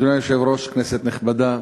אדוני היושב-ראש, כנסת נכבדה,